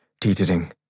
teetering